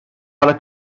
siarad